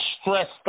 stressed